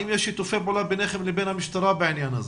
האם יש שיתופי פעולה ביניכם לבין המשטרה בעניין הזה?